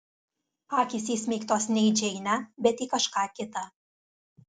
akys įsmeigtos ne į džeinę bet į kažką kitą